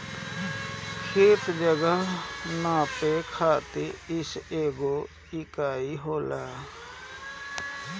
खेत, जगह नापे खातिर इ एगो इकाई होला